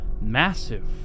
massive